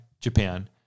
Japan